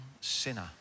sinner